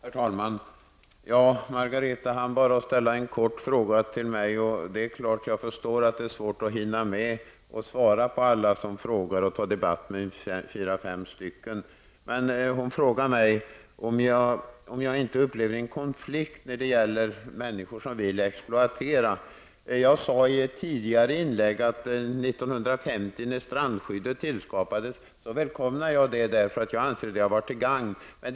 Herr talman! Margareta Winberg hann bara ställa en kort fråga till mig. Jag förstår att det är svårt att hinna med att svara på alla som ställer frågor och debattera med fyra fem samtidigt. Hon frågade mig om jag inte upplever en konflikt när det gäller människor som vill exploatera. Jag sade i ett tidigare inlägg att 1950, när strandskyddet tillskapades, välkomnade jag det därför att jag ansåg att det var till gagn.